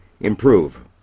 improve